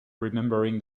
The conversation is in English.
remembering